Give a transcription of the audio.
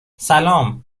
سلام